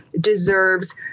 deserves